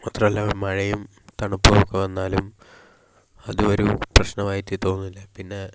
മാത്രമല്ല മഴയും തണുപ്പും ഒക്കെ വന്നാലും അതൊരു പ്രശ്നമായിട്ട് തോന്നില്ല പിന്നെ